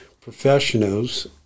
professional's